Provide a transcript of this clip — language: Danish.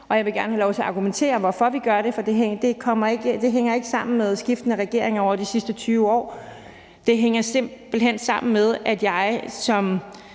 Jeg vil gerne have lov til at argumentere for, hvorfor vi gør det, for det hænger ikke sammen med skiftende regeringer over de sidste 20 år. Det hænger simpelt hen sammen med, at jeg som